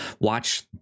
Watch